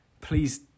please